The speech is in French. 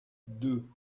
deux